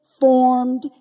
formed